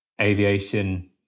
Aviation